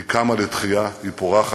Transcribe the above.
היא קמה לתחייה, היא פורחת.